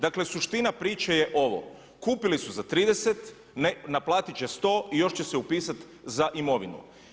Dakle, suština priče je ovo, kupili su za 30, ne naplatiti će za 100 i još će se upisati za imovinu.